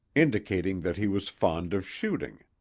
indicating that he was fond of shooting.